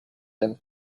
him